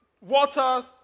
water